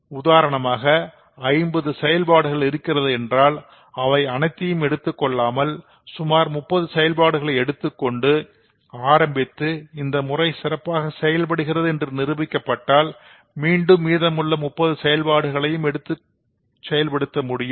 உதாரணமாக 50 செயல்பாடுகள் இருக்கிறது என்றால் அவை அனைத்தையும் எடுத்துக் கொள்ளாமல் சுமார் 30 செயல்பாடுகளை எடுத்துக்கொண்டு ஆரம்பித்து இந்த முறை சிறப்பாக செயல்படுகிறது என்று நிரூபிக்கப்பட்டால் மீண்டும் மீதமுள்ள 20 செயல்பாடுகளையும் எடுத்து செயல்படுத்த முடியும்